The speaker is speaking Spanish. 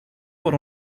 por